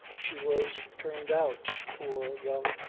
she was turned out, poor, young,